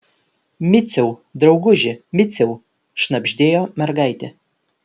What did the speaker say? miciau drauguži miciau šnabždėjo mergaitė